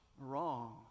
wrong